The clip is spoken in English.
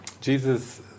Jesus